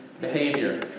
behavior